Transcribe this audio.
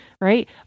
Right